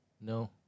No